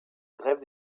grève